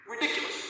Ridiculous